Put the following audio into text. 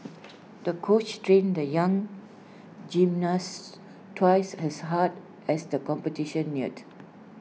the coach trained the young gymnast twice as hard as the competition neared